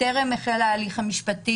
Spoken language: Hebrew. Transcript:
היא חשובה עוד לפני תחילת ההליך המשפטי.